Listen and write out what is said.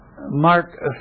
Mark